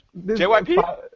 JYP